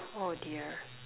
oh dear